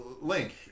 Link